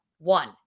One